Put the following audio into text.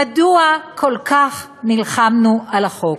מדוע כל כך נלחמנו על החוק.